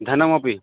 धनमपि